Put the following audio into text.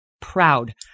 proud